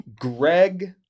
Greg